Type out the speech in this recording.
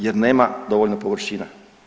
Jer nema dovoljno površina.